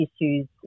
issues